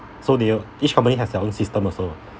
so they will each company has their own system also